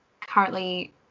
currently